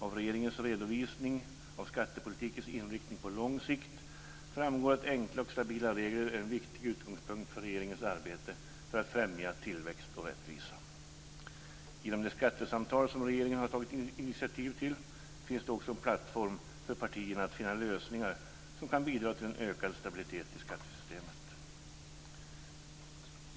Av regeringens redovisning av skattepolitikens inriktning på lång sikt framgår att enkla och stabila regler är en viktig utgångspunkt för regeringens arbete för att främja tillväxt och rättvisa. I och med de skattesamtal som regeringen har tagit initiativ till finns det också en plattform för partierna att finna lösningar som kan bidra till en ökad stabilitet i skattesystemet.